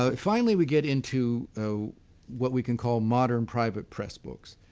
um finally, we get into ah what we can call modern private press books.